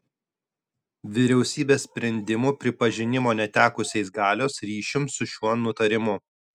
vyriausybės sprendimų pripažinimo netekusiais galios ryšium su šiuo nutarimu